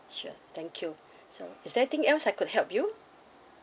sure thank you so is there anything else I could help you